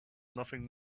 nothing